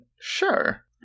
Sure